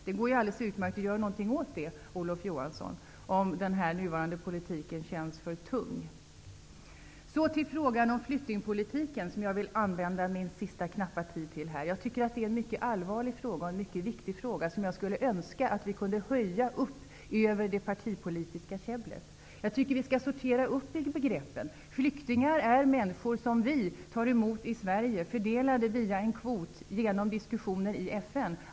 Det går alldeles utmärkt att göra något åt det, Olof Johansson, om den nuvarande politiken känns för tung. Jag vill använda min sista knappa tid här till frågan om flyktingpolitiken. Det är en mycket allvarlig och viktig fråga. Jag skulle önska att vi kunde höja den upp över det partipolitiska käbblet. Jag tycker att vi skall sortera upp begreppen. Flyktingar är människor som vi tar emot i Sverige. De är fördelade via en kvot som kommit till genom diskussioner i FN.